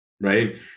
right